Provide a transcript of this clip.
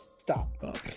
Stop